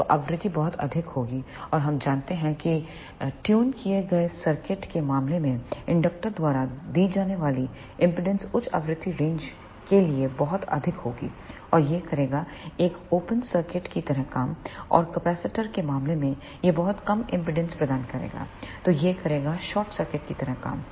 तो आवृत्ति बहुत अधिक होगी और हम जानते हैं कि ट्यून किए गए सर्किट के मामले में इंडक्टर द्वारा दी जाने वाली एमपीडांस उच्च आवृत्ति रेंज के लिए बहुत अधिक होगी और यह करेगा एक ओपन सर्किट की तरह काम और कैपेसिटर के मामले में यह बहुत कम एमपीडांस प्रदान करेगा तो यह करेगा शॉर्ट सर्किट की तरह काम